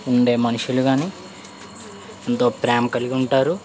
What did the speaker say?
ఉండే మనుషులు కాని ఏంతో ప్రేమ కలిగి ఉంటారు